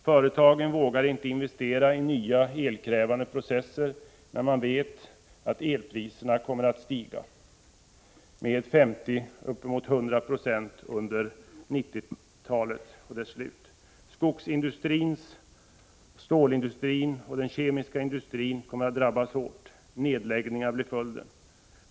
Företagen vågar inte investera i nya elkrävande processer, när de vet att elpriserna kommer att stiga med 50-100 26 under 1990. Skogsindustrin, stålindustrin och den kemiska industrin kommer att drabbas hårt. Nedläggningar kommer att bli följden.